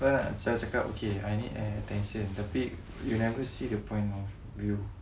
kau nak selalu cakap I need attention tapi you never see the point of view